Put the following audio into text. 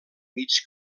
mig